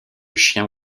chien